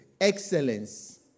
excellence